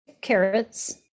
carrots